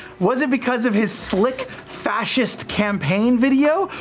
was it because of his slick fascist campaign video?